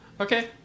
Okay